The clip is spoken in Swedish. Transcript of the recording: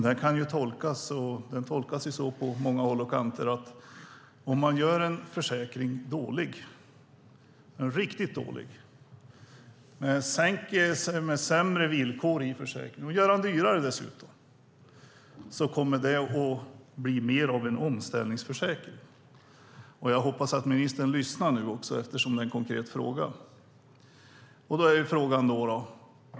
Det tolkas på många håll som att om man gör en försäkring riktigt dålig med sämre villkor och dessutom gör den dyrare kommer det att bli mer av en omställningsförsäkring. Jag hoppas att ministern lyssnar nu eftersom det här är en konkret fråga!